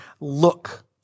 look